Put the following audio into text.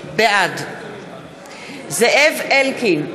בעד זאב אלקין,